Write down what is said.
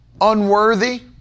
unworthy